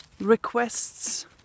requests